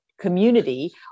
community